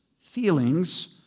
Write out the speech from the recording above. feelings